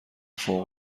فوق